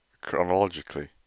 chronologically